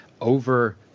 over